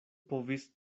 povis